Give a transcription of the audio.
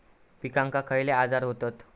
पिकांक खयले आजार व्हतत?